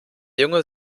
junge